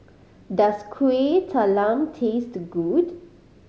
does Kuih Talam taste good